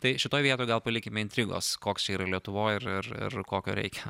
tai šitoj vietoj gal palikime intrigos koks yra lietuvoj ir ir kokio reikia